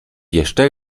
jeszcze